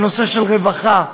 בנושאים של רווחה,